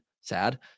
Sad